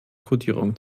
kodierung